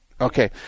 Okay